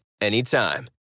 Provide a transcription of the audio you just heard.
anytime